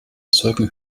zeugen